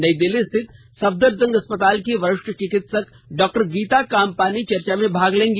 नई दिल्ली स्थित सफदरजंग अस्पताल की वरिष्ठ चिकित्सक डॉक्टर गीता कामपानी चर्चा में भाग लेंगी